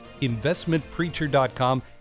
investmentpreacher.com